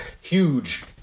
huge